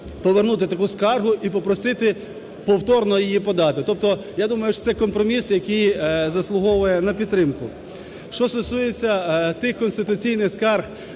повернути таку скаргу і попросити повторно її подати. Тобто я думаю, що це компроміс, який заслуговує на підтримку. Що стосується тих конституційних скарг,